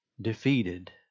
defeated